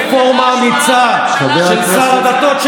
רפורמה אמיצה של שר הדתות,